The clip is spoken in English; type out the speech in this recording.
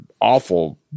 awful